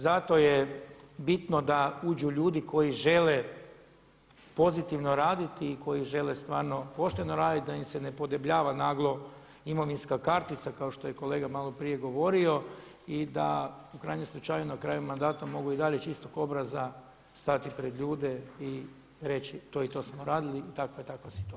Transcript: Zato je bitno da uđu ljudi koji žele pozitivno raditi i koji žele stvarno pošteno raditi da im se ne podebljava naglo imovinska kartica kao što je kolega malo prije govorio i da u krajnjem slučaju na kraju mandata mogu i dalje čistog obraza stati pred ljude i reći to i to smo radili u takvoj i takvoj situaciji.